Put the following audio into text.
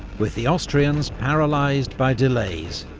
with the austrians paralysed by delays,